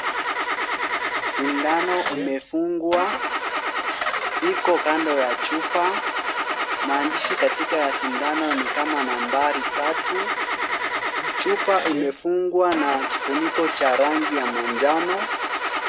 Sindano imefungwa, iko kando ya chupa. Maandishi katika sindano ni kama nambari tatu. Chupa imefungwa na kifuniko cha rangi ya manjano.